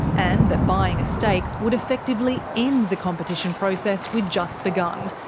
and that buying a stake would effectively end the competition process we'd just begun,